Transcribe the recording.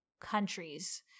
countries